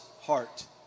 heart